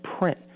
print